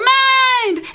mind